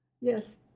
Yes